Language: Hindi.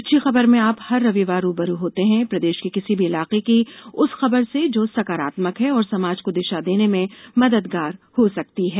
अच्छी खबर में आप हर रविवार रू ब रू होते हैं प्रदेश के किसी भी इलाके की उस खबर से जो सकारात्मक है और समाज को दिशा देने में मददगार हो सकती है